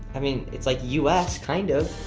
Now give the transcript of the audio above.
i mean, it's like us, kind of,